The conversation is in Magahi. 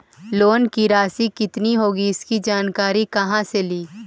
लोन की रासि कितनी होगी इसकी जानकारी कहा से ली?